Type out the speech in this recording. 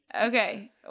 Okay